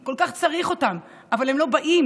כשצריך כל כך פסיכולוגים תעסוקתיים,